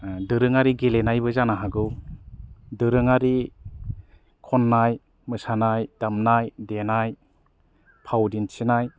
दोरोङारि गेलेनायबो जानो हागौ दोरोङारि खननाय मोसानाय दामनाय देनाय फाव दिन्थिनाय